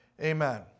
Amen